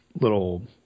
little